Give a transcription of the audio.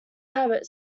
habit